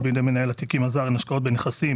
בידי מנהל התיקים הזר הן השקעות בנכסים